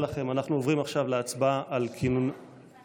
אנחנו מבקשים